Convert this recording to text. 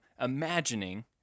imagining